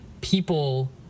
people